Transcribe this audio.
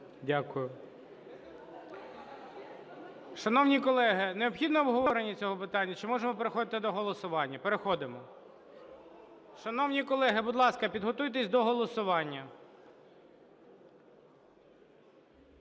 Дякую. Шановні колеги, необхідно обговорення цього питання чи можемо переходити до голосування? Переходимо. Шановні колеги, будь ласка, підготуйтесь до голосування.